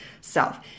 self